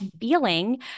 feeling